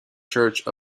church